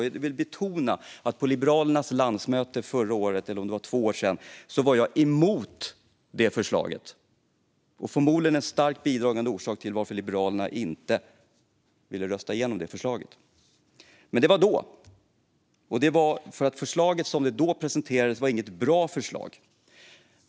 Jag vill betona att på Liberalernas landsmöte förra året, eller om det var för två år sedan, var jag emot det förslaget. Det var förmodligen en starkt bidragande orsak till att Liberalerna inte ville rösta igenom det förslaget. Men det var då. Det var för att förslaget som då presenterades inte var något bra förslag.